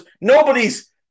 Nobody's